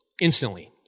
instantly